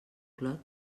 clot